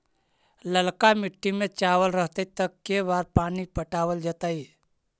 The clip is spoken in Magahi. ललका मिट्टी में चावल रहतै त के बार पानी पटावल जेतै?